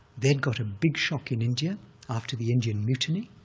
they'd got a big shock in india after the indian mutiny,